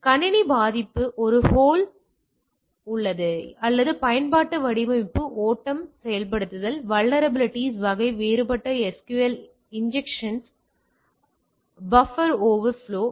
எனவே கணினி பாதிப்பு ஒரு ஹோல் உள்ளது அல்லது பயன்பாட்டு வடிவமைப்பு ஓட்டம் செயல்படுத்தல் வல்நரபிலிட்டிஸ் வகை வேறுபட்ட SQL இஞ்செக்ஷன்ஸ் பஹப்பர் ஓவர்ப்லொவ்